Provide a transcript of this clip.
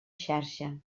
xarxa